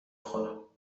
خورم